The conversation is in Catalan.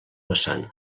vessant